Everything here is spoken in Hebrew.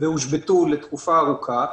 והושבתו לתקופה ארוכה.